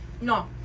No